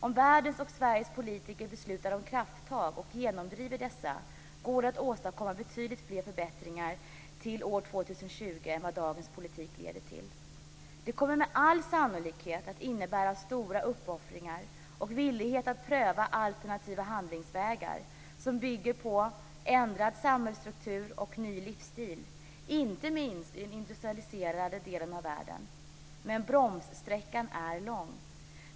Om världens och Sveriges politiker beslutar om krafttag - och genomdriver dessa - går det att åstadkomma betydligt fler förbättringar till år 2020 än vad nu gällande avtal leder till. Det kommer med all sannolikhet att innebära stora uppoffringar och villighet att pröva alternativa handlingsvägar, som bygger på ändrad samhällsstruktur och ny livsstil - inte minst i den industrialiserade delen av världen. Men bromssträckan är lång.